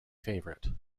favourite